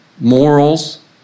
morals